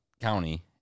county